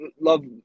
love